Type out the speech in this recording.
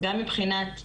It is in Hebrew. גם מבחינת הכשרות,